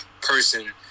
person